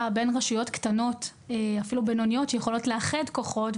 בין רשויות קטנות שיכולות לאחד כוחות,